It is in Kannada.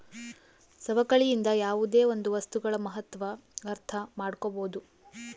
ಸವಕಳಿಯಿಂದ ಯಾವುದೇ ಒಂದು ವಸ್ತುಗಳ ಮಹತ್ವ ಅರ್ಥ ಮಾಡ್ಕೋಬೋದು